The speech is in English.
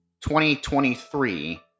2023